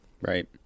Right